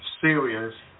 serious